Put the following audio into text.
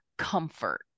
comfort